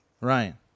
Ryan